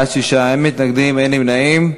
בעד, 6, אין מתנגדים ואין נמנעים.